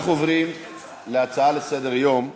אנחנו עוברים להצעות לסדר-היום בנושא: